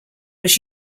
was